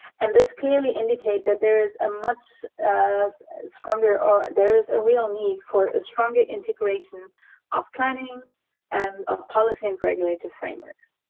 and this clearly indicate that there is a much stronger ah there is a real need for a stronger integration of planning and of policy and regulated frameworks.